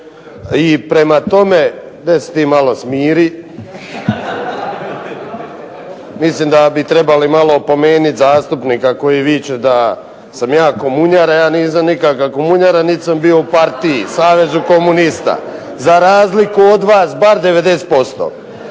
Prema tome, mislim da bi trebalo malo opomenuti zastupnika koji viče da sam ja komunjara. Ja nisam nikakva komunjara niti sam bio u partiji, Savezu komunista, za razliku od vas bar 90%.